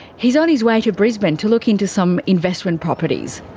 he's on his way to brisbane to look into some investment properties.